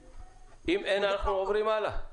אם אין, אנחנו עוברים הלאה.